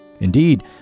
Indeed